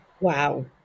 Wow